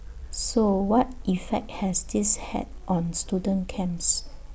so what effect has this had on student camps